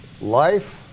life